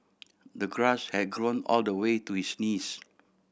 the grass had grown all the way to his knees